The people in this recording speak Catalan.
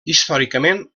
històricament